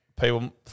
People